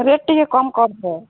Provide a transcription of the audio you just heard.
rate ଟିକେ କମ୍ କରିବ